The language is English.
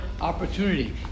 opportunity